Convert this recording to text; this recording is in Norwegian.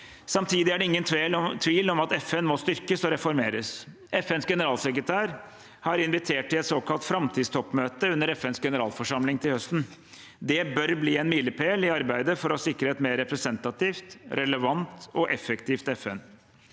Samtidig er det ingen tvil om at FN må styrkes og reformeres. FNs generalsekretær har invitert til et såkalt framtidstoppmøte under FNs generalforsamling til høsten. Det bør bli en milepæl i arbeidet for å sikre et mer representativt, relevant og effektivt FN.